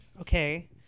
Okay